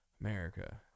America